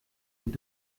with